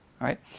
right